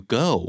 go